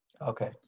Okay